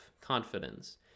confidence